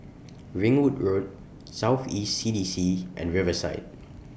Ringwood Road South East C D C and Riverside